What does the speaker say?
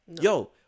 Yo